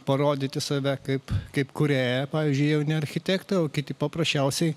parodyti save kaip kaip kūrėją pavyzdžiui jauni architektai o kiti paprasčiausiai